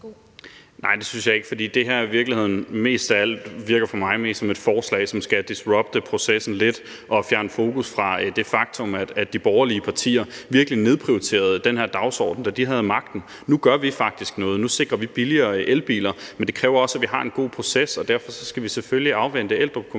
Nej, det synes jeg ikke, fordi det her i virkeligheden mest af alt for mig virker som et forslag, som skal disrupte processen lidt og fjerne fokus fra det faktum, at de borgerlige partier virkelig nedprioriterede den her dagsorden, da de havde magten. Nu gør vi faktisk noget. Nu sikrer vi billigere elbiler, men det kræver også, at vi har en god proces, og derfor skal vi selvfølgelig afvente kommissionen